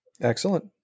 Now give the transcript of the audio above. Excellent